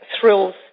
thrills